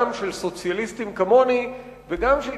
גם של סוציאליסטים כמוני וגם של